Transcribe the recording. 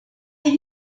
hay